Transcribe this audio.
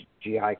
GI